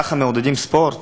ככה מעודדים ספורט?